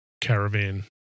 caravan